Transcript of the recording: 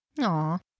Aw